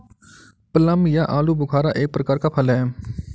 plum या आलूबुखारा एक प्रकार का फल है